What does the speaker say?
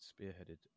spearheaded